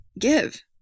give